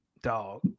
Dog